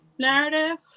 narrative